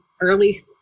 early